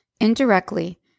indirectly